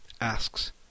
asks